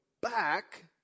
back